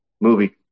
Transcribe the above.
movie